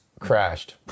crashed